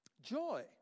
Joy